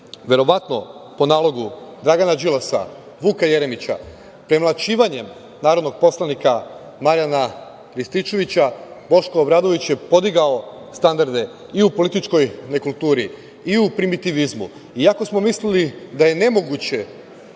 verovatno po nalogu Dragana Đilasa, Vuka Jeremića. Premlaćivanjem narodnog poslanika Marijana Rističevića, Boško Obradović je podigao standarde i u političkoj nekulturi i u primitivizmu iako smo mislili da je nemoguće